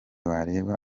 wareba